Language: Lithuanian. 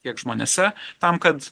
tiek žmonėse tam kad